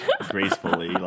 gracefully